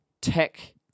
Tech